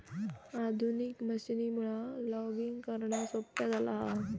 आधुनिक मशीनमुळा लॉगिंग करणा सोप्या झाला हा